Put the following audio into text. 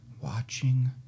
watching